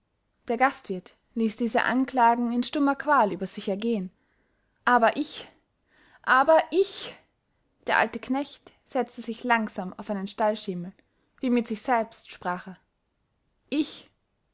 der gastwirt ließ diese anklagen in stummer qual über sich ergehen aber ich aber ich der alte knecht setzte sich langsam auf einen stallschemel wie mit sich selbst sprach er ich